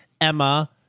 *Emma*